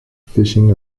fishing